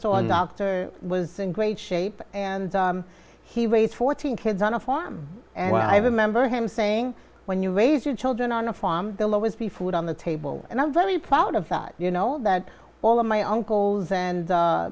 saw a doctor was in great shape and he weighs fourteen kids on a farm and i remember him saying when you raise your children on a farm they'll always be food on the table and i'm very proud of that you know that all of my uncles and